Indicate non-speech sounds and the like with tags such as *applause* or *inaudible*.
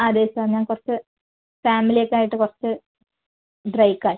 അതെ സാർ ഞാൻ പുറത്ത് ഫാമിലി ഒക്കെ ആയിട്ട് പുറത്ത് *unintelligible*